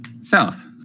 South